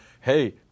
hey